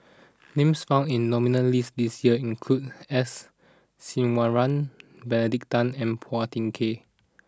names found in nominal list this year include S Iswaran Benedict Tan and Phua Thin Kiay